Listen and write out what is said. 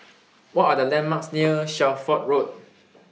What Are The landmarks near Shelford Road